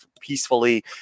peacefully